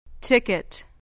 ticket